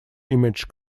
image